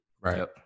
Right